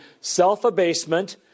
self-abasement